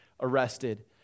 arrested